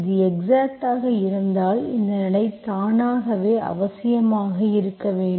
இது எக்ஸாக்ட் ஆக இருந்தால் இந்த நிலை தானாகவே அவசியமாக இருக்க வேண்டும்